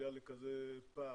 ומובילה לכזה פער,